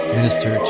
minister